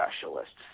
specialists